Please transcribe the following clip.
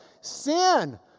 sin